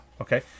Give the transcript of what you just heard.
Okay